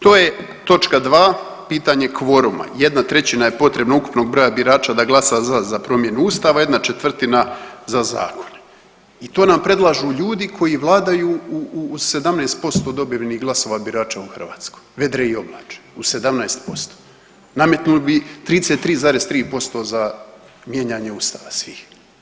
To je točka 2 pitanje kvoruma, 1/3 je potrebna ukupnog broja birača da glasa za za promjenu ustava, ¼ za zakon i to nam predlažu ljudi koji vladaju u 17% dobivenih glasova birača u Hrvatskoj, vedre i oblače u 17%, nametnuo bi 33,3% za mijenjanje ustava svih.